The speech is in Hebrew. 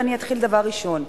ואני אתחיל דבר ראשון,